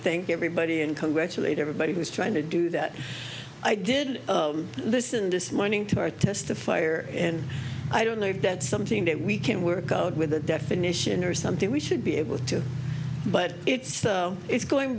thank everybody and congratulate everybody who's trying to do that i did this in this morning to protest the fire and i don't know if that's something that we can work out with a definition or something we should be able to but it's it's going